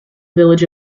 village